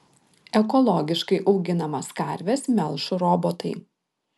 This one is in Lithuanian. ekologiškai auginamas karves melš robotai